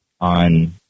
on